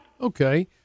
okay